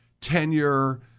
tenure